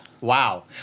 Wow